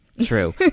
True